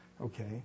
Okay